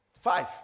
Five